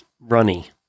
runny